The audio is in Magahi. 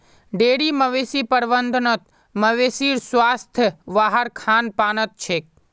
डेरी मवेशी प्रबंधत मवेशीर स्वास्थ वहार खान पानत छेक